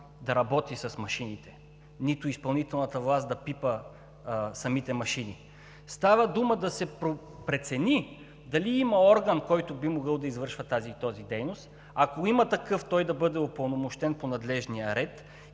да работи с машините, нито изпълнителната власт да пипа самите машини. Става дума да се прецени дали има орган, който би могъл да извършва тази дейност, ако има такъв, той да бъде упълномощен по надлежния ред,